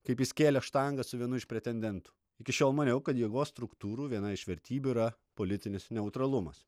kaip jis kėlė štangą su vienu iš pretendentų iki šiol maniau kad jėgos struktūrų viena iš vertybių yra politinis neutralumas